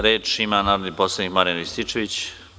Reč ima narodni poslanik Marijan Rističević.